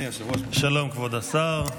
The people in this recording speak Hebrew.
שלום, כבוד השר.